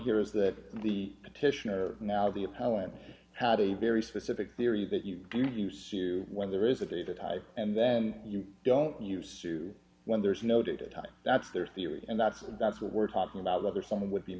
here is that the petitioner now the appellant had a very specific theory that you do use when there is a data type and then you don't use to when there's no data type that's their theory and that's that's what we're talking about whether someone would be